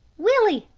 willie,